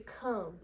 come